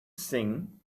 sing